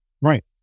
Right